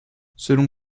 selon